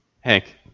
Hank